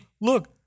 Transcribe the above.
look